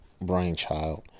brainchild